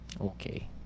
Okay